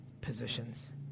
positions